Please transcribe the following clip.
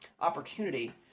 opportunity